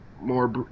more